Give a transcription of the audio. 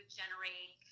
generate